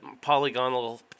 polygonal